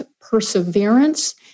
perseverance